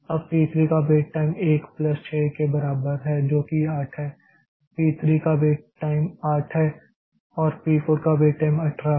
अब पी 3 का wait time 1 plus 6 के बराबर है जो कि 8 है पी 3 का वेट टाइम 8 है और पी 4 का वेट टाइम 18 है